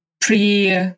pre